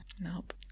Nope